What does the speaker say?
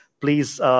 please